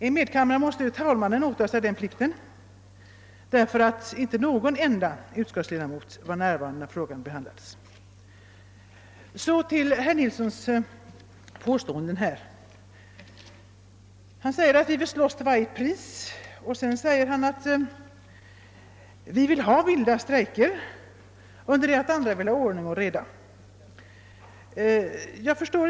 I medkammaren måste talmannen påta sig den plikten, eftersom ingen enda utskottsledamot var närvarande när frågan behandlades där. Så till de påståenden herr Nilsson i Kalmar gjorde. Han sade att vi till varje pris vill slåss och att vi vill ha vilda strejker under det att andra vill ha ordning och reda.